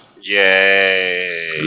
Yay